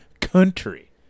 Country